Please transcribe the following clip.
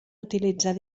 utilitzar